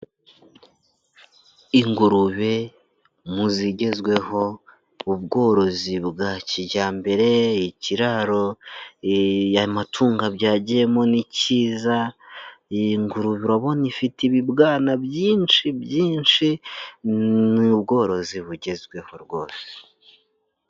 Ingurube mu zigezweho, ubworozi bwa kijyambere, ikiraro amatungo abyagiyemo ni kiza, iyi ngurube urabona ifite ibibwana byinshi byinshi, ni ubworozi bugezweho rwose.